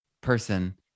person